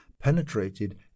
penetrated